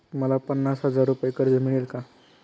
मला पन्नास हजार रुपये कर्ज मिळेल का?